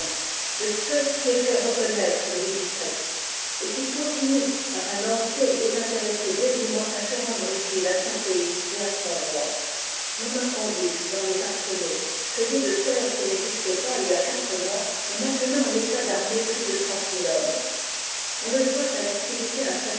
le seul qui ait fait reconnoître louis xvii et qui continue par un entier et désintéressé dévouement à se rendre utile à son pays et à son roi l'on m'a conduite dans les arsenaux celui de terre qui n'existoit pas il y a quatre mois est maintenant en état d'armer plus de trente mille hommes on le doit à l'activité